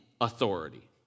authority